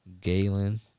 Galen